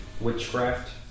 witchcraft